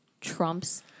trumps